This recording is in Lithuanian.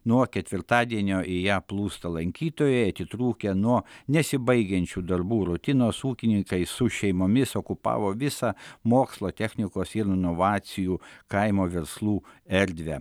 nuo ketvirtadienio į ją plūsta lankytojai atitrūkę nuo nesibaigiančių darbų rutinos ūkininkai su šeimomis okupavo visą mokslo technikos ir inovacijų kaimo verslų erdvę